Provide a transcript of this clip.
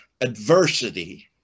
adversity